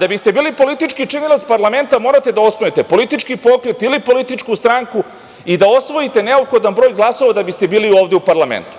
Da biste bili politički činilac parlamenta morate da osnujete politički pokret ili političku stranku i da osvojite neophodan broj glasova da biste bili ovde u parlamentu,